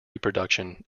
reproduction